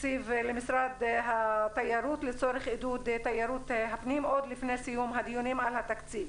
למשרד התיירות לנקוט פעילות לעידוד תיירות פנים ולהגיש לוועדה את התכנית